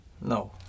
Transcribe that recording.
No